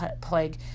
plague